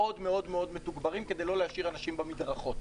מאוד מאוד כדי לא להשאיר אנשים במדרכות.